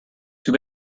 too